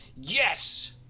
yes